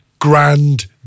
grand